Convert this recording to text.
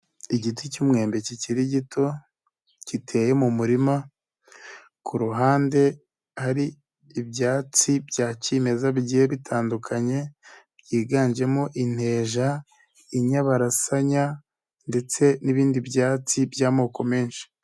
Igiti cy'umwembe kikiri gito, giteye mu murima, kuruhande hari ibyatsi bya kimeza bigiye bitandukanye, byiganjemo inteja, inyabarasanya, ndetse n'ibindi byatsi by'amoko menshi.